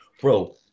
Bro